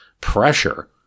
pressure